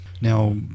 now